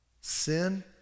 Sin